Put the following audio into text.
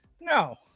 No